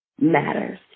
matters